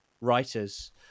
writers